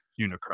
Unicron